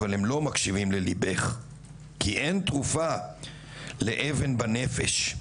אבל הם לא מקשיבים לליבך / כי אין תרופה לאבן בנפש,